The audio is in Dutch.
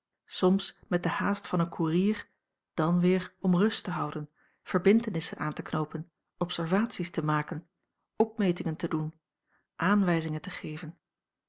soms met de haast van een koerier dan weer om rust te houden verbintenissen aan te knoopen observaties te maken opmetingen te doen aanwijzingen te geven